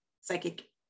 psychic